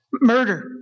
Murder